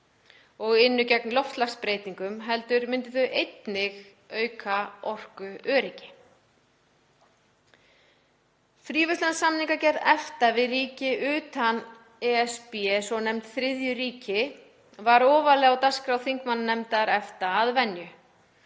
og ynnu gegn loftslagsbreytingum heldur myndu þau einnig auka orkuöryggi. Fríverslunarsamningagerð EFTA við ríki utan ESB, svonefnd þriðju ríki, var ofarlega á dagskrá þingmannanefndar EFTA að venju.